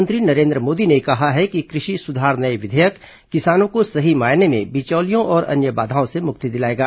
प्रधानमंत्री नरेन्द्र मोदी ने कहा है कि कृषि सुधार नए विधेयक किसानों को सही मायने में बिचौलियों और अन्य बाधाओं से मुक्ति दिलाएगा